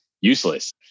useless